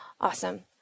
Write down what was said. Awesome